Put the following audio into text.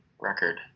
record